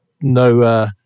No